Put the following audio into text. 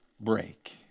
break